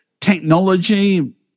technology